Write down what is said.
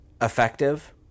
effective